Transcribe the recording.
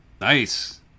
Nice